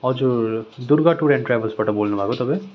हजुर Durga tour and ट्राभल्सबाट बोल्नु भएको तपाईँ